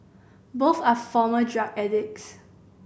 both are former drug addicts